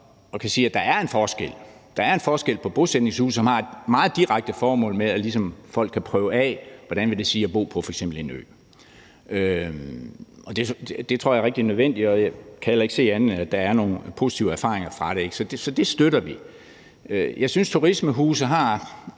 at kunne sige, at der er en forskel på det. Bosætningshusene har et meget direkte formål med, at folk ligesom kan prøve af, hvad det f.eks. vil sige at bo på en ø, og det tror jeg er rigtig nødvendigt, og jeg kan heller ikke se andet, end at der er nogle positive erfaringer fra det. Så det støtter vi. Jeg synes, at turismehuse et